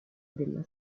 della